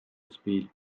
speed